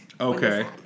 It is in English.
Okay